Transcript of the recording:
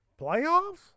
playoffs